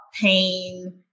pain